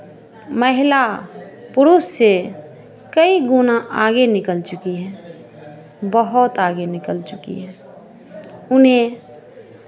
महिला पुरुष से कई गुना आगे निकाल चुकी हैं बहोत आगे निकल चुकी हैं उन्हें